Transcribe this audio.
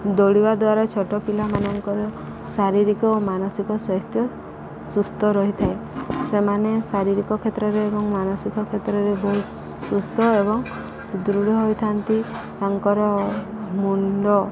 ଦୌଡ଼ିବା ଦ୍ୱାରା ଛୋଟ ପିଲାମାନଙ୍କର ଶାରୀରିକ ଓ ମାନସିକ ସ୍ୱାସ୍ଥ୍ୟ ସୁସ୍ଥ ରହିଥାଏ ସେମାନେ ଶାରୀରିକ କ୍ଷେତ୍ରରେ ଏବଂ ମାନସିକ କ୍ଷେତ୍ରରେ ବହୁତ ସୁସ୍ଥ ଏବଂ ସୃଦୃଢ଼ ହୋଇଥାନ୍ତି ତାଙ୍କର ମୁଣ୍ଡ